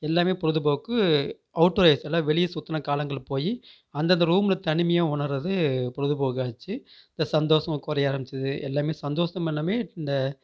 எல்லாமே பொழுதுபோக்கு outdoor ஆகிருச்சு எல்லாம் வெளியே சுற்றின காலங்கள் போய் அந்தந்த ரூமில் தனிமையாக உணர்வது பொழுதுபோக்காகிடுச்சு இந்த சந்தோஷம் குறைய ஆரம்பித்தது எல்லாமே சந்தோஷம் எல்லாமே இந்த